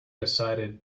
decided